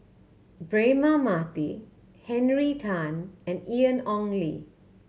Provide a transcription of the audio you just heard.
Braema Mathi Henry Tan and Ian Ong Li